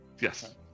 Yes